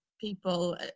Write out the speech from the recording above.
people